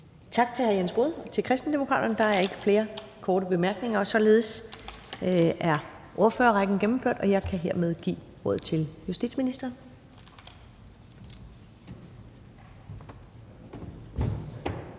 Tak til hr. Jens Rohde fra Kristendemokraterne. Der er ikke flere korte bemærkninger. Og således er ordførerrækken gennemført, og jeg kan hermed give ordet til justitsministeren.